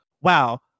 wow